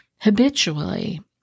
habitually